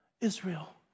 Israel